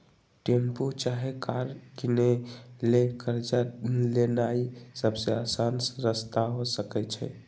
tempo चाहे car किनै लेल कर्जा लेनाइ सबसे अशान रस्ता हो सकइ छै